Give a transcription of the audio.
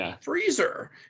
freezer